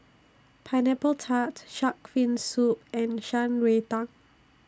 Pineapple Tart Shark's Fin Soup and Shan Rui Tang